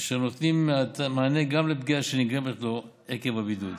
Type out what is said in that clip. אשר נותנים מענה גם לפגיעה שנגרמת לו עקב בידוד.